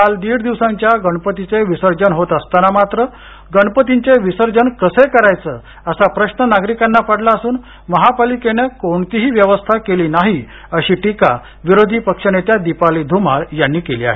काल दीड दिवसांच्या गणपतीचे विसर्जन होत असताना मात्र गणपतीचे विसर्जन कसे करायचं असा प्रश्न नागरिकांना पडला असून महापालिकेने कोणतीही व्यवस्था केली नाही अशी टीका विरोधी पक्षनेत्या दिपाली धुमाळ यांनी केली आहे